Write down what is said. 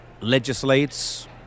legislates